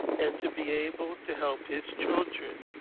and to be able to help his children